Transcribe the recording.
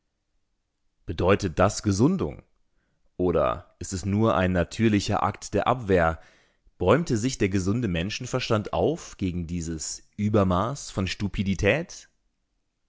bedeutet das gesundung oder ist es nur ein natürlicher akt der abwehr bäumte sich der gesunde menschenverstand auf gegen dieses übermaß von stupidität